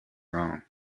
wrong